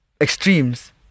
extremes